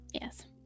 yes